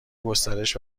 گسترش